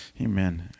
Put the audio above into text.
Amen